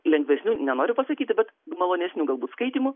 lengvesnių nenoriu pasakyti bet malonesnių galbūt skaitymų